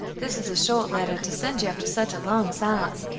this is a short letter to send you after such a long silence,